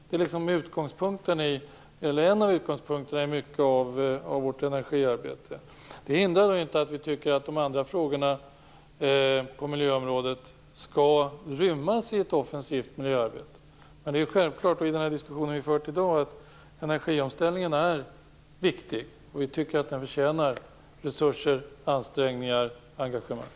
Det är en av utgångspunkterna i vårt energiarbete. Det hindrar inte att vi tycker att de andra frågorna på miljöområdet skall rymmas i ett offensivt miljöarbete. Det är självklart att energiomställningen är viktig. Vi tycker att den förtjänar resurser, ansträngningar och engagemang.